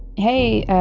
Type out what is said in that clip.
hey,